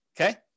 okay